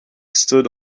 stood